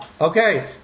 Okay